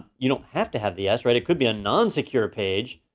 you don't have to have the s, right, it could be a non secure page,